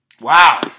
wow